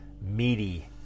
meaty